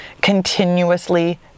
continuously